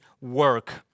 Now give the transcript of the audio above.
work